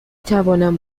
توانم